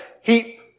heap